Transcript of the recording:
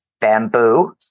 bamboo